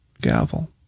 Gavel